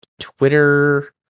Twitter